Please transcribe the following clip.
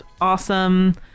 awesome